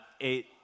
eight